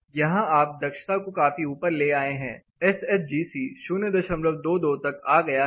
यहां आप दक्षता को काफी ऊपर ले आए हैं एस एच जी सी 022 तक आ गया है